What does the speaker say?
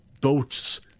boats